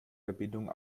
verbindung